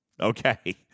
Okay